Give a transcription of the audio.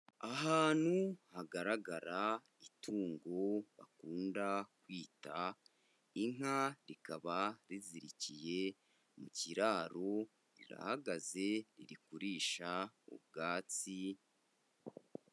Ahantu hagaragara itungo bakunda kwita inka rikaba rizirikiye mu kiraro, rirahagaze riri kurisha ubwatsi.